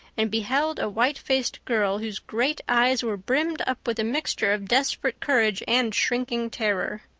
and beheld a white-faced girl whose great eyes were brimmed up with a mixture of desperate courage and shrinking terror.